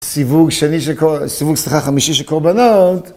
סיווג שני של קור... סיווג סליחה חמישי של קורבנות.